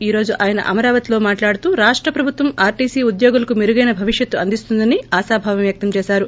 ఈ రోజు ఆయన అమరావతిలో మాట్లాడుతూ రాష్ట ప్రభుత్వం ఆర్వీసీ ఉద్యోగులకు మెరుగైన భవిష్కత్తు అందిస్తుందని ఆశాభావం వ్యక్తం చేశారు